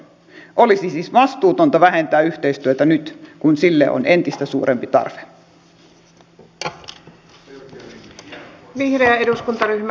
olisi siis vastuutonta vähentää yhteistyötä nyt kun sille on entistä suurempi tarve